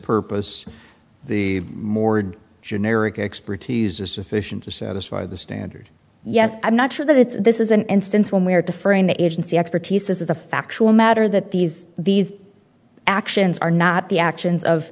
purpose the mord generic expertise is sufficient to satisfy the standard yes i'm not sure that it's this is an instance when we're deferring agency expertise this is a factual matter that these these actions are not the actions of